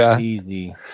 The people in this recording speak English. easy